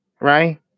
Right